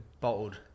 bottled